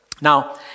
Now